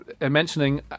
mentioning